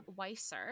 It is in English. Weiser